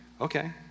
Okay